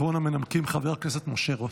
אחרון המנמקים, חבר הכנסת משה רוט.